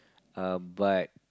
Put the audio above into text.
um but